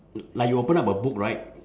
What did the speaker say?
like you open up a book right